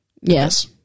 yes